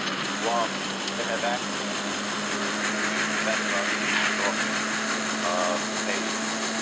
and guam that have access to the use of methadone and buprenorphine um for patients.